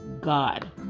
God